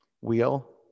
Wheel